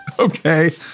Okay